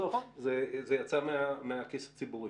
בסוף זה יצא מהכיס הציבורי.